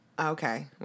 Okay